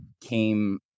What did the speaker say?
came